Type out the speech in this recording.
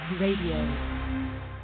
Radio